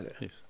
yes